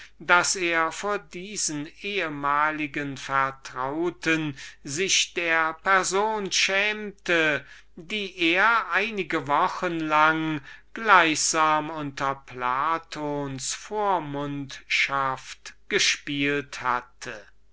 daß er vor diesen ehmaligen vertrauten sich der person schämte die er einige wochen lang gleichsam unter platons vormundschaft gespielt hatte